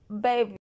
Baby